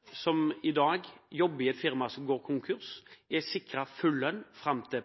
konkurs, i dag sikret full lønn fram til